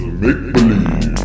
make-believe